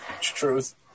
truth